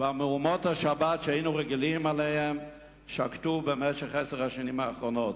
ומהומות השבת שהיינו רגילים אליהן שקטו במשך עשר השנים האחרונות.